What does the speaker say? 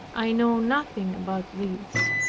i know nothing about this.